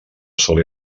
sol